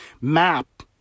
map